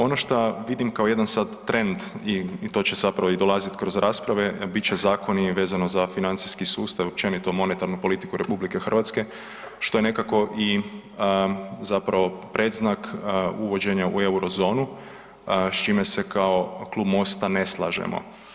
Ono što vidim kao jedan sad trend i to će zapravo dolaziti kroz rasprave, bit će zakoni vezano za financijski sustav, općenito monetarnu politiku RH, što je nekako i zapravo predznak uvođenja u Eurozonu, s čime se kao Klub Mosta ne slažemo.